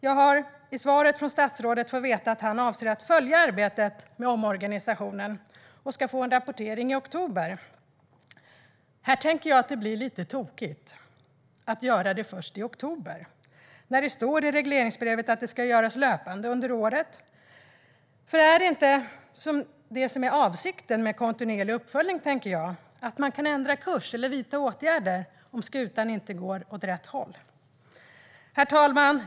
Jag har i svaret från statsrådet fått veta att han avser följa arbetet med omorganisationen och att han ska få en rapportering i oktober. Här tänker jag att det blir lite tokigt att det ska ske först i oktober när det står i regleringsbrevet att det ska göras löpande under året. Är det inte det som är avsikten med kontinuerlig uppföljning - att man kan ändra kurs eller vidta åtgärder om skutan inte går åt rätt håll? Herr talman!